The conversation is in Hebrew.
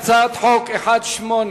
הצעת חוק 1810,